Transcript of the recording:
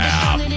app